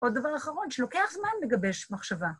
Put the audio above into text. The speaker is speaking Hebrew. עוד דבר אחרון, שלוקח זמן לגבש מחשבה.